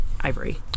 ivory